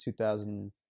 2000